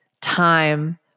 time